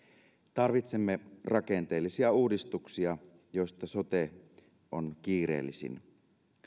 tarvitsemme rakenteellisia uudistuksia joista sote on kiireellisin